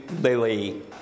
Lily